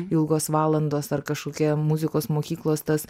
ilgos valandos ar kažkokie muzikos mokyklos tas